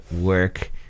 work